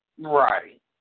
Right